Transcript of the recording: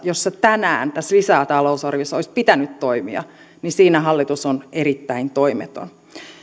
jossa tänään tässä lisätalousarviossa olisi pitänyt toimia hallitus on erittäin toimeton